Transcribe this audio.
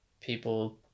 people